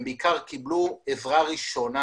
הם בעיקר קבלו עזרה ראשונה.